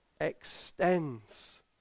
extends